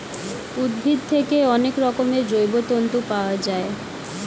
উদ্ভিদ থেকে অনেক রকমের জৈব তন্তু পাওয়া যায়